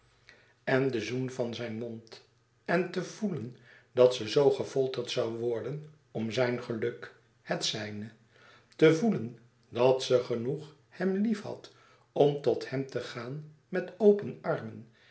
en den zoen van zijn mond en te voelen dat ze zoo gefolterd zoû worden om zijn geluk het zijne te voelen dat ze genoeg hem liefhad om tot hem te gaan met open armen